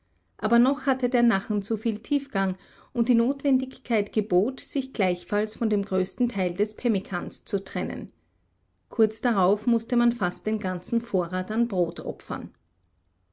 aber noch hatte der nachen zu viel tiefgang und die notwendigkeit gebot sich gleichfalls von dem größten teil des pemmikans zu trennen kurz darauf mußte man fast den ganzen vorrat an brot opfern